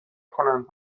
کنند